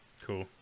Cool